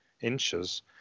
inches